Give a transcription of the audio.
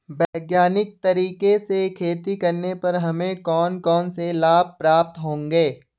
वैज्ञानिक तरीके से खेती करने पर हमें कौन कौन से लाभ प्राप्त होंगे?